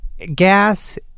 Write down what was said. Gas